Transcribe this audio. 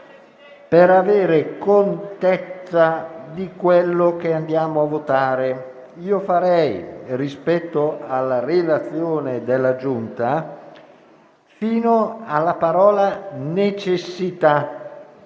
per avere contezza di quello che andiamo a votare. Rispetto alla relazione della Giunta, fino alla parola «necessità»,